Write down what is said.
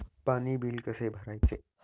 पाणी बिल कसे भरायचे?